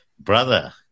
brother